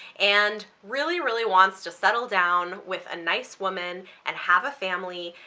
and really really wants to settle down with a nice woman and have a family.